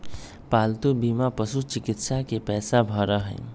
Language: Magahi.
पालतू बीमा पशुचिकित्सा के पैसा भरा हई